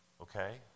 Okay